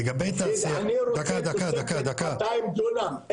לגבי תעשייה --- 200 דונם,